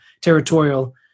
territorial